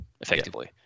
effectively